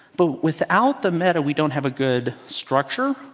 but without the meta we don't have a good structure,